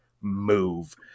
move